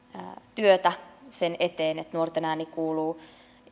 työtä sen eteen että nuorten ääni kuuluu